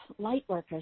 lightworkers